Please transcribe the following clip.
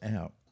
out